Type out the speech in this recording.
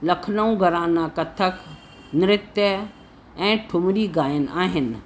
लखनऊ घराना कथक नृत्य ऐं ठुमिरी ॻाइन आहिनि